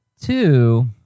Two